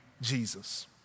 Jesus